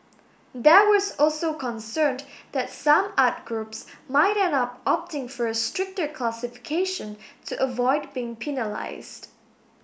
there was also concerned that some art groups might end up opting for a stricter classification to avoid being penalised